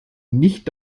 nicht